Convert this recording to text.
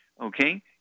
okay